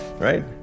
right